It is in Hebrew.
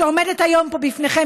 שעומדת היום פה בפניכם,